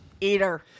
eater